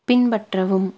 பின்பற்றவும்